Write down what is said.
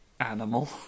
Animal